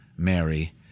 Mary